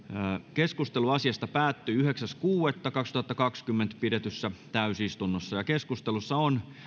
keskustelu asiasta päättyi yhdeksäs kuudetta kaksituhattakaksikymmentä pidetyssä täysistunnossa keskustelussa on